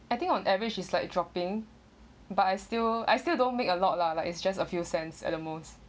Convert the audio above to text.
I think on average is like dropping but I still I still don't make a lot lah like it's just a few cents at the most